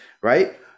right